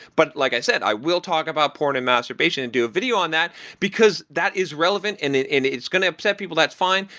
but like i said, i will talk about porn and masturbation and do video on that because that is relevant and it is going to upset people, that's fine.